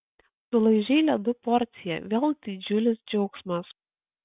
sulaižei ledų porciją vėl didžiulis džiaugsmas